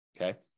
Okay